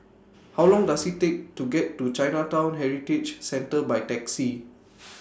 How Long Does IT Take to get to Chinatown Heritage Centre By Taxi